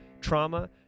trauma